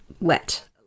wet